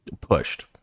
pushed